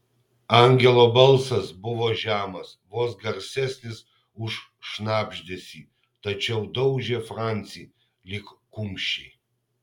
angelo balsas buvo žemas vos garsesnis už šnabždesį tačiau daužė francį lyg kumščiai